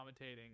Commentating